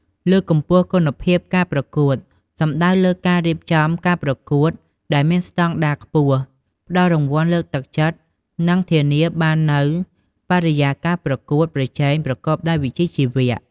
លើកកម្ពស់គុណភាពការប្រកួតសំដៅលើការ រៀបចំការប្រកួតដែលមានស្តង់ដារខ្ពស់ ផ្តល់រង្វាន់លើកទឹកចិត្ត និងធានាបាននូវបរិយាកាសប្រកួតប្រជែងប្រកបដោយវិជ្ជាជីវៈ។